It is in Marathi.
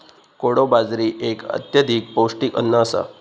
कोडो बाजरी एक अत्यधिक पौष्टिक अन्न आसा